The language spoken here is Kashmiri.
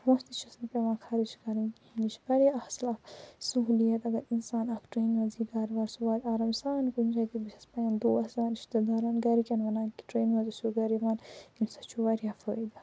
پۅنٛسہٕ تہِ چھُس نہٕ پٮ۪وان خرچ کَرُن بیٚیہِ چھِ واریاہ اَصٕل سہولیت اگر اِنسان اتھ ٹرینہِ مَنٛزے گَرٕ واتہِ سُہ واتہ آرام سان کُنہِ جایہِ بہٕ چھَس پَنٕنٮ۪ن دوستن رِشتہٕ دارَن گَرِکٮ۪ن ونان کہِ ٹرینہِ مَنٛز ٲسِو گَرٕ یِوان اَمہِ سۭتۍ چھُ واریاہ فٲیدٕ